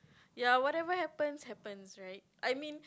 ya whatever happens happens right I mean